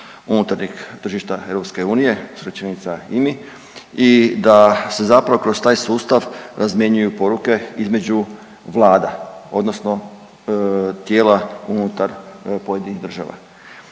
unutarnjeg tržišta EU skraćenica IMI i da se zapravo kroz taj sustav razmjenjuju poruke između vlada odnosno tijela unutar pojedinih država.